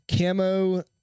Camo